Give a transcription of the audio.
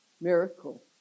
miracle